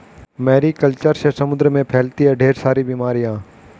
Mary culture से समुद्र में फैलती है ढेर सारी बीमारियां